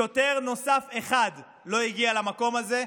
שוטר נוסף אחד לא הגיע למקום הזה.